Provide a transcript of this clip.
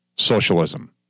socialism